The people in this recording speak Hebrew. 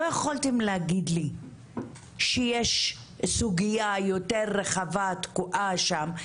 לא יכולתם להגיד לי שיש סוגייה יותר רחבה תקועה שם?